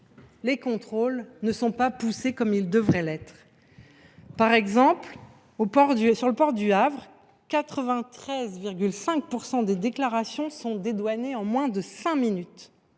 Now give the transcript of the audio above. les contrôles ne sont pas aussi poussés qu’ils devraient l’être. À titre d’exemple, sur le port du Havre, 93,5 % des déclarations sont dédouanées en moins de cinq minutes,